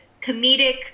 comedic